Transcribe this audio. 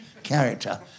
character